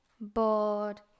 bored